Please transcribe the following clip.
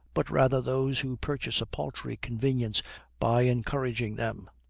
but rather those who purchase a paltry convenience by encouraging them.